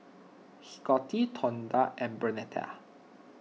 Scottie Tonda and Bernetta